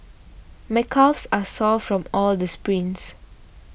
my calves are sore from all the sprints